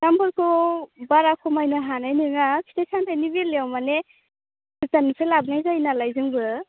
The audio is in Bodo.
दामफोरखौ बारा खमायनो हानाय नङा फिथाइ सामथायनि बेलायाव माने गोजाननिफ्राय लाबोनाय नालाय जोंबो